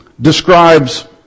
describes